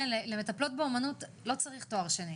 כן, למטפלות באומנות לא צריך תואר שני.